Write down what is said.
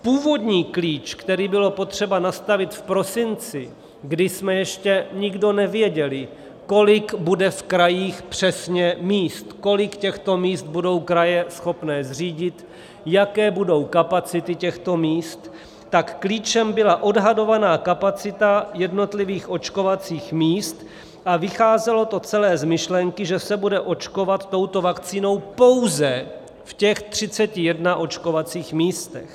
Původním klíčem, který bylo potřeba nastavit v prosinci, kdy jsme ještě nikdo nevěděli, kolik bude v krajích přesně míst, kolik těchto míst budou kraje schopné zřídit, jaké budou kapacity těchto míst, byla odhadovaná kapacita jednotlivých očkovacích míst a vycházelo to celé z myšlenky, že se bude očkovat touto vakcínou pouze v těch třicet jedna očkovacích místech.